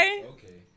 okay